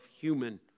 human